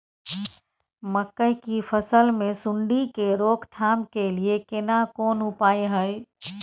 मकई की फसल मे सुंडी के रोक थाम के लिये केना कोन उपाय हय?